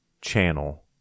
channel